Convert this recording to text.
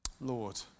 Lord